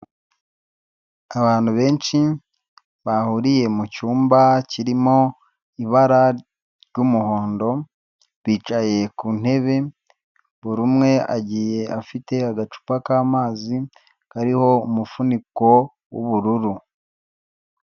Abantu benshi bahuriye mu cyumba kirimo ibara ry'umuhondo bicaye ku ntebe buri umwe agiye afite agacupa k'amazi kariho umufuniko w'ubururu.